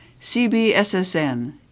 CBSSN